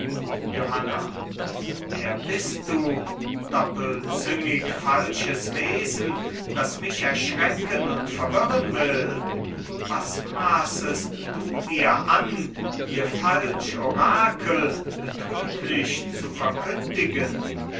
johanna wer bist du doppelzüngig falsches wesen das mich erschrecken und verwirren will was maßest du dir an mir falsch orakel betrüglich zu verkündigen